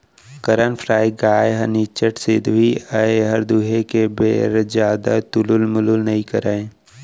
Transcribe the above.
करन फ्राइ गाय ह निच्चट सिधवी अय एहर दुहे के बेर जादा तुलुल मुलुल नइ करय